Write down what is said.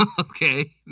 Okay